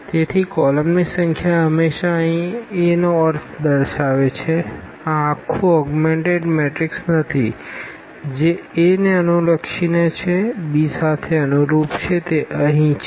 તેથીકોલમની સંખ્યા હંમેશાં અહીં A નો અર્થ દર્શાવે છે આ આખું ઓગ્મેનટેડ મેટ્રિક્સ નથી જે a ને અનુલક્ષીને છે b સાથે અનુરૂપ છે તે અહીં છે